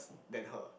than her